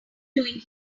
doing